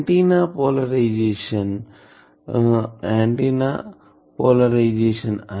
antenna polarisation